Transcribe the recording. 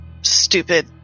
stupid